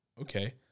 okay